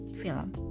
film